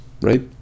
right